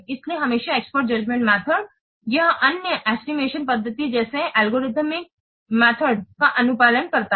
इसलिए हमेशा expert judgment method यह अन्य ेस्टिमशन पद्धति जैसे एल्गोरिथम माठोड का अनुपालन करता है